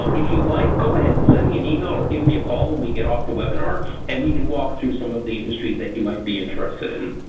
um if you'd like go ahead and send me an email or give me a call when we get off the webinar and we can walk through some of the industries that you might be interested in.